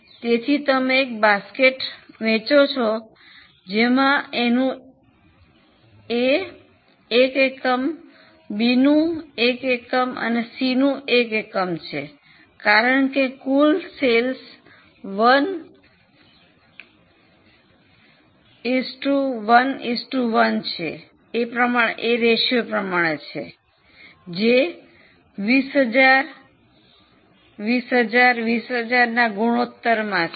તેથી તમે એક બાસ્કેટ વેચો છો જેમાં એનું 1 એકમ બીનું 1 એકમ અને સીનું 1 એકમ છે કારણ કે કુલ વેચાણ 1 1 1 છે જે 20000 20000 20000 ના ગુણોત્તરમાં છે